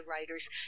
writers